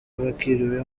bakiriwe